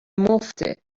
مفته